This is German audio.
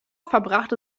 verbrachte